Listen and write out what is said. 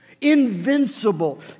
invincible